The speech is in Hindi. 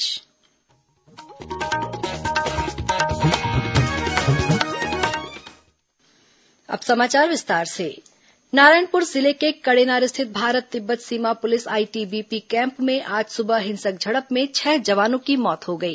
आईटीबीपी जवान गोलीबारी नारायणपुर जिले के कडेनार स्थित भारत तिब्बत सीमा पुलिस आईटीबीपी कैम्प में आज सुबह हिंसक झड़प में छह जवानों की मौत हो गई